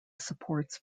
supports